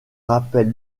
rappelle